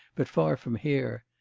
but far from here.